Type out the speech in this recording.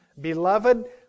Beloved